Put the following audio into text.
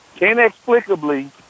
inexplicably